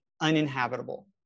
uninhabitable